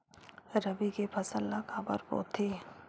रबी के फसल ला काबर बोथे?